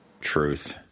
Truth